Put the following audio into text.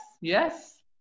yes